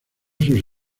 sus